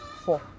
four